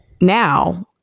now